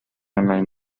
آنلاین